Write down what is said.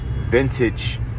vintage